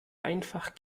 einfach